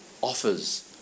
offers